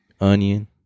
onion